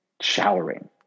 showering